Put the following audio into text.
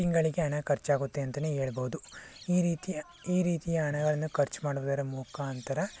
ತಿಂಗಳಿಗೆ ಹಣ ಖರ್ಚಾಗುತ್ತೆ ಅಂತಾನೇ ಹೇಳ್ಬೋದು ಈ ರೀತಿ ಈ ರೀತಿಯ ಹಣಗಳನ್ನು ಖರ್ಚು ಮಾಡುವುದರ ಮುಖಾಂತರ